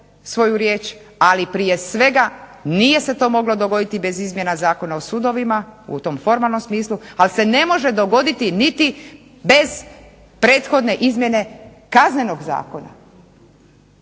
svoju riječ, ali prije svega nije se to moglo dogoditi bez izmjena Zakona o sudovima u tom formalnom smislu, ali se ne može dogoditi niti bez prethodne izmjene Kaznenog zakona.